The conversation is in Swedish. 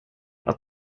att